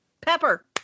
pepper